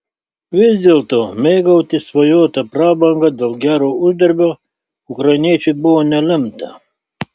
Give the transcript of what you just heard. vis dėlto mėgautis svajota prabanga dėl gero uždarbio ukrainiečiui buvo nelemta